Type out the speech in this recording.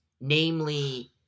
Namely